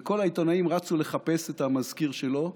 וכל העיתונאים רצו לחפש את המזכיר שלו,